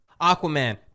Aquaman